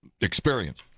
experience